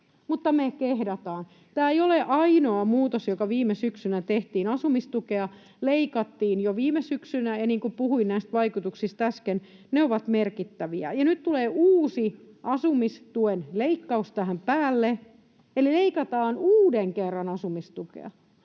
Mutta me kehdataan. Tämä ei ole ainoa muutos, joka viime syksynä tehtiin. Asumistukea leikattiin jo viime syksynä, ja niin kuin puhuin näistä vaikutuksista äsken, ne ovat merkittäviä. Nyt tulee uusi asumistuen leikkaus tähän päälle, eli leikataan uuden kerran asumistukea,